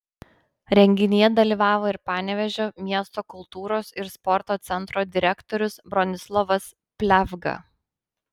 renginyje dalyvavo ir panevėžio miesto kultūros ir sporto centro direktorius bronislovas pliavga